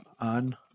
on